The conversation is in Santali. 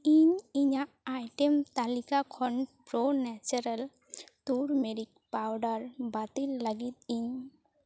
ᱤᱧ ᱤᱧᱟᱹᱜ ᱟᱭᱴᱮᱢ ᱛᱟᱹᱞᱤᱠᱟ ᱠᱷᱚᱱ ᱯᱨᱳ ᱱᱮᱪᱟᱨᱮᱞ ᱴᱟᱨᱢᱮᱨᱤᱠ ᱯᱟᱣᱰᱟᱨ ᱵᱟᱹᱛᱤᱞ ᱞᱟᱹᱜᱤᱫ ᱤᱧ